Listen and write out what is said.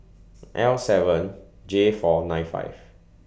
L seven J four nine five